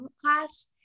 class